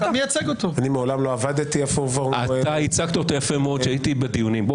ייצגת אותו כשהייתי בדיונים פה.